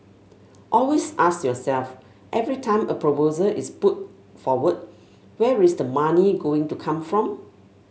always ask yourself every time a proposal is put forward where is the money going to come from